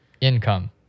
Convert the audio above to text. income